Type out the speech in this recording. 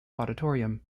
auditorium